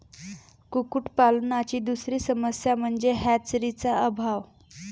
कुक्कुटपालनाची दुसरी समस्या म्हणजे हॅचरीचा अभाव